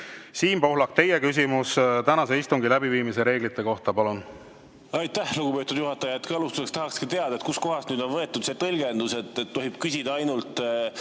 Siim Pohlak, teie küsimus tänase istungi läbiviimise reeglite kohta, palun! Aitäh, lugupeetud juhataja! Alustuseks tahakski teada, kust kohast nüüd on võetud see tõlgendus, et tohib küsida ainult